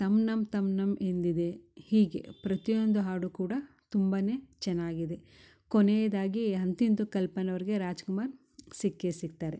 ತಮ್ ನಮ್ ತಮ್ ನಮ್ ಎಂದಿದೆ ಹೀಗೆ ಪ್ರತಿಯೊಂದು ಹಾಡು ಕೂಡ ತುಂಬಾನೆ ಚೆನ್ನಾಗಿದೆ ಕೊನೆಯದಾಗಿ ಅಂತು ಇಂತು ಕಲ್ಪನ ಅವ್ರ್ಗೆ ರಾಜ್ಕುಮಾರ್ ಸಿಕ್ಕೇ ಸಿಕ್ತಾರೆ